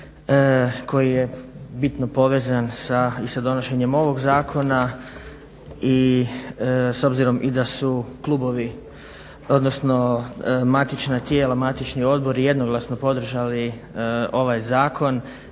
koji je bitno povezan i sa donošenjem ovog zakona i s obzirom i da su klubovi odnosno matična tijela, matični odbori jednoglasno podržali ovaj zakon